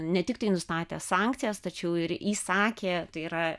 ne tiktai nustatė sankcijas tačiau ir įsakė tai yra